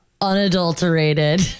unadulterated